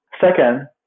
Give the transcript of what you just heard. Second